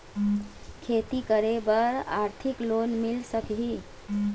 खेती करे बर आरथिक लोन मिल सकही?